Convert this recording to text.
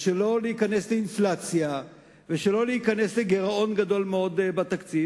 ושלא להיכנס לאינפלציה ולא להיכנס לגירעון גדול מאוד בתקציב.